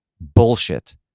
bullshit